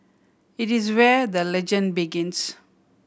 it is where the legend begins